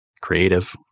creative